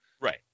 Right